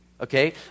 okay